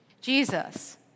Jesus